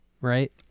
right